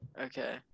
Okay